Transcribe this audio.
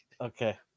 Okay